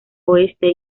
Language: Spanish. oeste